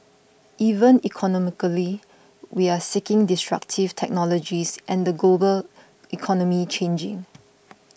even economically we're seeking destructive technologies and the global economy changing